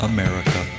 America